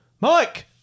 Mike